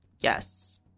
Yes